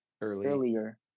earlier